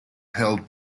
held